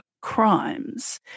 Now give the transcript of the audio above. crimes